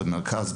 במרכז,